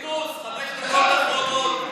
פינדרוס, חמש דקות אחרונות.